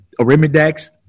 Arimidex